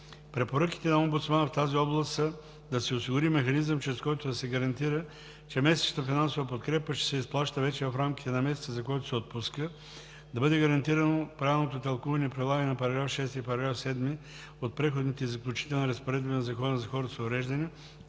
Препоръките на омбудсмана в тази област са: да се осигури механизъм, чрез който да се гарантира, че месечната финансова подкрепа ще се изплаща вече в рамките на месеца, за който се отпуска; да бъде гарантирано правилното тълкуване и прилагане на § 6 и § 7 от Преходните и заключителните разпоредби на Закона за хората с увреждания